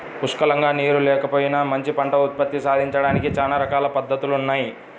పుష్కలంగా నీరు లేకపోయినా మంచి పంట ఉత్పత్తి సాధించడానికి చానా రకాల పద్దతులున్నయ్